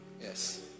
Yes